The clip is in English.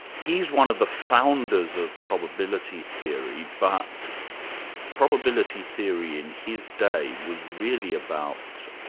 he's one of the founders of probability theory, but probability theory in his day was really about